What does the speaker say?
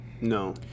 No